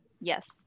Yes